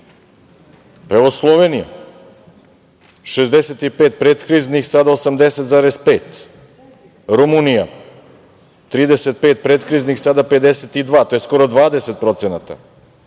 Evo, Slovenija, 65% predkriznih, sada 80,5%. Rumunija 35% predkriznih, sada 52%,to je skoro 20%.